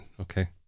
okay